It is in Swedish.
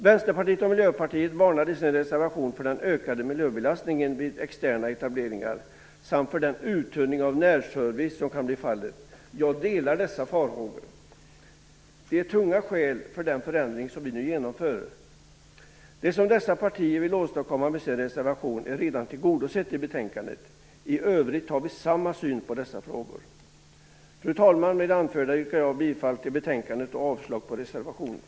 Vänsterpartiet och Miljöpartiet varnar i sin reservation för den ökade miljöbelastningen vid externa etableringar samt för den uttunning av närservice som kan bli fallet. Jag delar dessa farhågor. Det är tunga skäl för den förändring som vi nu genomför. Det som dessa partier vill åstadkomma med sin reservation är redan tillgodosett i betänkandet. I övrigt har vi samma syn på dessa frågor. Fru talman! Med det anförda yrkar jag bifall till utskottets hemställan i betänkandet och avslag på reservationerna.